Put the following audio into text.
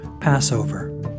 Passover